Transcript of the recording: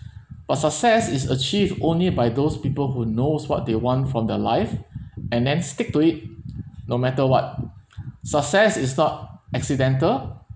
but success is achieved only by those people who knows what they want from their life and then stick to it no matter what success is not accidental